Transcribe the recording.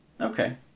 Okay